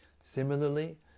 Similarly